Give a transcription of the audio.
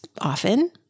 often